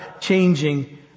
changing